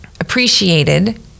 appreciated